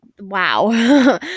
wow